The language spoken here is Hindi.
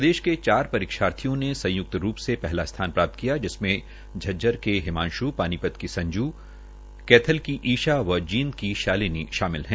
प्रदेश के चार परीक्षार्थियों ने संयुक्त रूप से पहला स्थान प्राप्त् किया है जिसमें झज्जर के हिमांशु पानीपत के संजू कैथल की ईशा व जीदं की शालिनी शामिल है